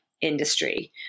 industry